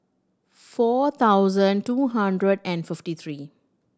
four thousand two hundred and fifty three